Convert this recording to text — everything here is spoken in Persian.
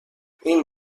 این